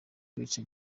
kwica